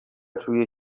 czuje